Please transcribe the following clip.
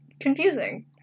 confusing